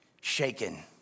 shaken